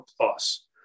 Plus